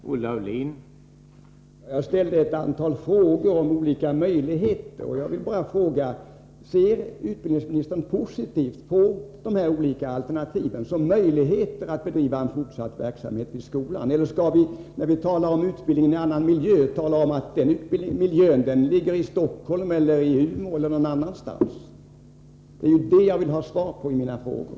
Herr talman! Jag ställde ett antal frågor om olika möjligheter. Jag vill nu fråga: Ser utbildningsministern positivt på de olika alternativen att bedriva en fortsatt verksamhet vid tandläkarhögskolan? Eller menar man, när man talar om utbildning i annan miljö, miljön i Stockholm, Umeå eller någon annanstans? Detta vill jag ha svar på genom mina frågor.